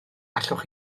allwch